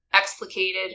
explicated